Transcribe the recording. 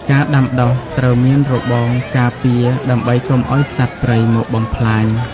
ការដាំដុះត្រូវមានរបងការពារដើម្បីកុំឱ្យសត្វព្រៃមកបំផ្លាញ។